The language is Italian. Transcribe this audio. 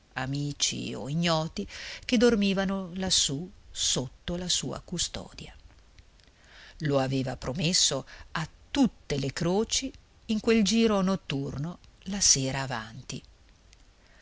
amici o ignoti che dormivano lassù sotto la sua custodia lo aveva promesso a tutte le croci in quel giro notturno la sera avanti